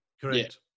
Correct